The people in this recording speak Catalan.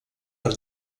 per